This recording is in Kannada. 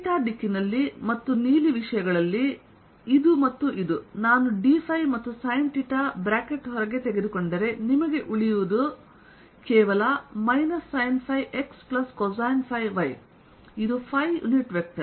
ಥೀಟಾ ದಿಕ್ಕಿನಲ್ಲಿ ಮತ್ತು ನೀಲಿ ವಿಷಯಗಳಲ್ಲಿ ಇದು ಮತ್ತು ಇದು ನಾನು dϕ ಮತ್ತು sinθ ಬ್ರಾಕೆಟ್ ಹೊರಗೆ ತೆಗೆದುಕೊಂಡರೆ ನಿಮಗೆ ಉಳಿಯುವುದು minus sine phi x cosine phi y ಇದು ϕ ಯುನಿಟ್ ವೆಕ್ಟರ್